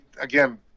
again